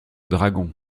dragon